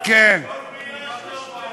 כל מילה שלך,